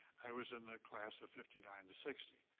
i was in the class of fifty nine to sixty,